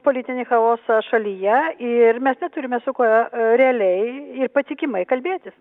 politinį chaosą šalyje ir mes neturime su kuo realiai ir patikimai kalbėtis